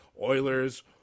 oilers